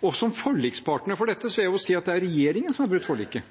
sine. Som forlikspartner for dette vil jeg si at det er regjeringen som har brutt forliket.